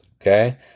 Okay